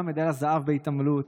גם מדליית הזהב בהתעמלות